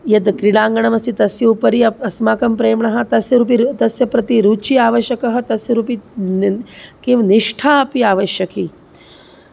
यद् क्रीडाङ्गणमस्ति तस्य उपरि अप् अस्माकं प्रेम्णः तस्य रूपी तस्य प्रति रुचिः आवश्यकी तस्य रूपी किं निष्ठा अपि आवश्यकी